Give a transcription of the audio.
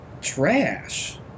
Trash